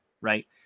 right